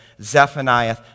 Zephaniah